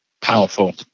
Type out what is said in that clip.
powerful